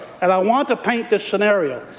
and i want to paint this scenario.